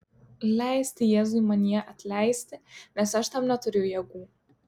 leisti jėzui manyje atleisti nes aš tam neturiu jėgų